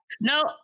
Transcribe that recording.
No